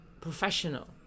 professional